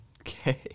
Okay